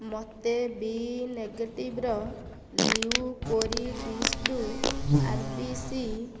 ମୋତେ ବି ନେଗେଟିଭ୍ର ଲିଉ କୋରି ଡ଼ିସ୍କଦୁ ଆର୍ବିସି